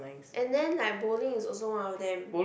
and then like bowling is also one of them